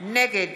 נגד